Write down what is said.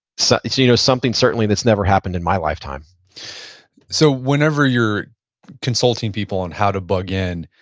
so you know something, certainly, that's never happened in my lifetime so whenever you're consulting people on how to bug-in,